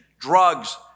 Drugs